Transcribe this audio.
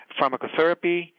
pharmacotherapy